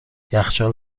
یخچال